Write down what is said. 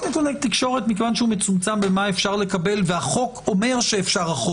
מכיוון שהוא מצומצם במה אפשר לקבל והחוק אומר שאפשר אחורה